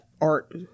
art